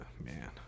man